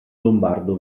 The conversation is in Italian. lombardo